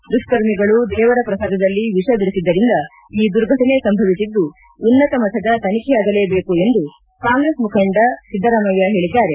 ದುಷ್ಕರ್ಮಿಗಳು ದೇವರ ಪ್ರಸಾದದಲ್ಲಿ ವಿಷ ಬೆರುದ್ದರಿಂದ ಈ ದುರ್ಘಟನೆ ಸಂಭವಿಸಿದ್ದು ಉನ್ನತ ಮಟ್ಟದ ತನಿಖೆಯಾಗಲೇಬೇಕು ಎಂದು ಕಾಂಗ್ರೆಸ್ ನಾಯಕ ಸಿದ್ದರಾಮಯ್ಯ ಹೇಳಿದ್ದಾರೆ